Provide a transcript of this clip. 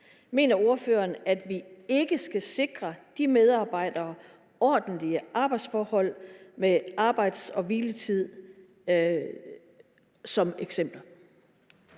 Mener ordføreren, at vi ikke skal sikre de medarbejdere ordentlige arbejdsforhold med arbejds- og hviletid som eksempler?